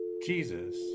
Jesus